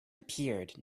appeared